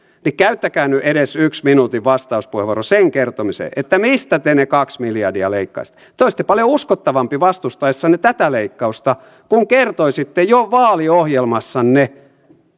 niin käyttäkää nyt edes yksi minuutin vastauspuheenvuoro sen kertomiseen mistä te ne kaksi miljardia leikkaisitte te olisitte paljon uskottavampi vastustaessanne tätä leikkausta kun kertoisitte jo vaaliohjelmassanne